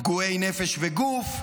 פגועי נפש וגוף,